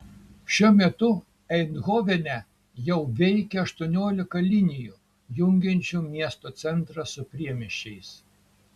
šiuo metu eindhovene jau veikia aštuoniolika linijų jungiančių miesto centrą su priemiesčiais